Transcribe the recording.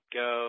go